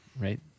Right